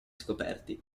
scoperti